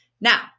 Now